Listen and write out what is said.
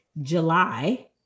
July